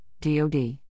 DOD